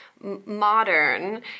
modern